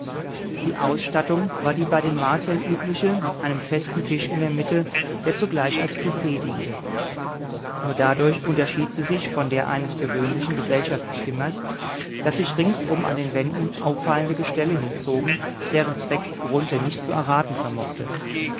die ausstattung war die bei den martiern übliche mit einem festen tisch in der mitte der zugleich als büffet diente nur dadurch unterschied sie sich von der eines gewöhnlichen gesellschaftszimmers daß sich ringsum an den wänden auffallende gestelle hinzogen deren zweck grunthe nicht zu erraten vermochte